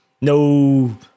no